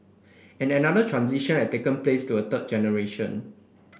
and another transition had taken place to a third generation